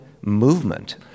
movement